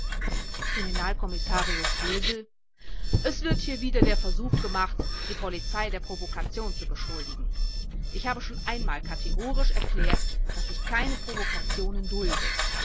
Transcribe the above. kriminalkommissarius bösel es wird hier wieder der versuch gemacht die polizei der provokation zu beschuldigen ich habe schon einmal kategorisch erklärt daß ich keine provokationen dulde